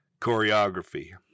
Choreography